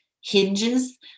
hinges